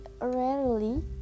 rarely